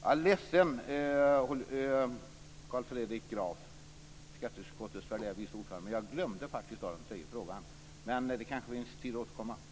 Jag är ledsen, Carl Fredrik Graf - skatteutskottets värderade vice ordförande - men jag har faktiskt glömt den tredje frågan. Kanske finns det tid att återkomma till den.